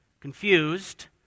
confused